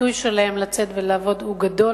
הפיתוי שלהם לצאת ולעבוד הוא גדול,